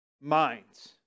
minds